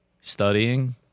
studying